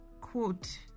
quote